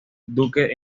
duque